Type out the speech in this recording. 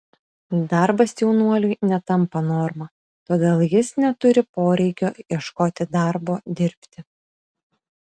darbas jaunuoliui netampa norma todėl jis neturi poreikio ieškoti darbo dirbti